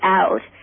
out